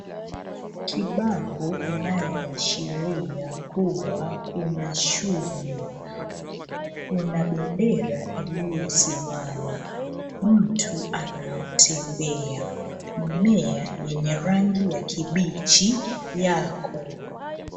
Kibango inayoashiria kuwa kuna shule. Kuna bendera iliyosimama, mtu anayetembea. Mimea yenye rangi ya kibichi yako.